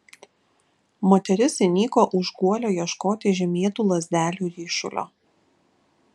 moteris įniko už guolio ieškoti žymėtų lazdelių ryšulio